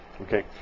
Okay